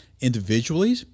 Individually